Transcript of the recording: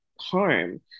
harm